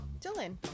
Dylan